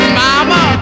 mama